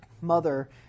mother